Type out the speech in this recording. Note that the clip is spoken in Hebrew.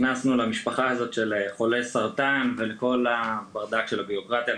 ואז גם נכנסו למשפחה הזאת של חולי סרטן ולכל הברדק של הבירוקרטיה.